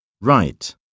Right